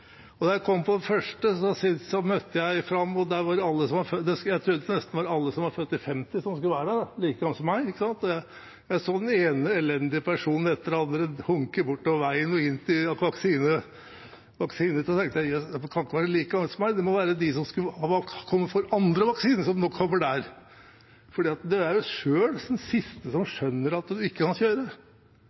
Da jeg møtte fram til første vaksine, tror jeg nesten alle som var der, var født i 1950, altså like gamle som meg. Jeg så den ene elendige personen etter den andre humpe bortover veien og inn til vaksine. Da tenkte jeg at jøss, de kan ikke være like gamle som meg, det måtte være de som kom for andre vaksine, som kom der. Det er du selv som er den siste som skjønner at du ikke kan kjøre.